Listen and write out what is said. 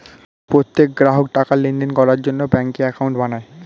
প্রত্যেক গ্রাহক টাকার লেনদেন করার জন্য ব্যাঙ্কে অ্যাকাউন্ট বানায়